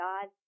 God